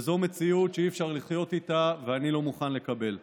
וזו מציאות שאי-אפשר לחיות איתה ואני לא מוכן לקבל אותה.